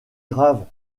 grave